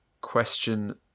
question